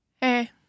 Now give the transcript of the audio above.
Hey